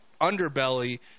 underbelly